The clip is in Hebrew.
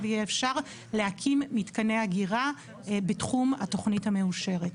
עכשיו יהיה אפשר להקים מתקני אגירה בתחום התוכנית המאושרת.